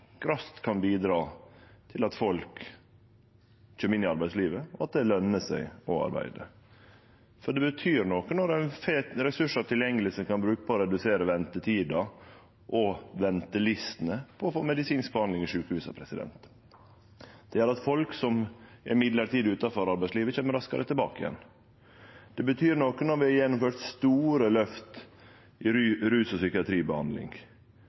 kan bidra til at folk kjem inn i arbeidslivet, og at det løner seg å arbeide. Det betyr noko når ein får ressursar tilgjengeleg som ein kan bruke på å redusere ventetida og ventelistene for få medisinsk behandling i sjukehusa. Det gjer at folk som er mellombels utanfor arbeidslivet, kjem raskare tilbake. Det betyr noko når vi har gjennomført store løft i rus- og psykiatribehandling,